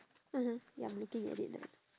(uh huh) ya I'm looking at it now